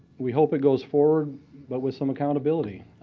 we hope it goes forward but with some accountability.